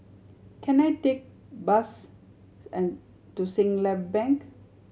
can I take bus and to Siglap Bank